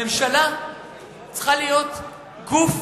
ממשלה צריכה להיות גוף